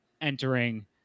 entering